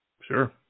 Sure